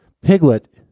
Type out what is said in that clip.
Piglet